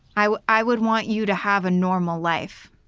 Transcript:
i would i would want you to have a normal life.